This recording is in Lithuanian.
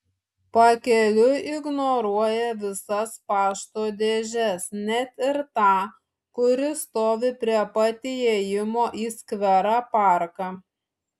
pakeliui ignoruoja visas pašto dėžes net ir tą kuri stovi prie pat įėjimo į skverą parką